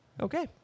Okay